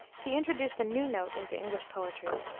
he introduced a new note into english poetry,